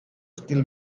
still